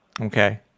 Okay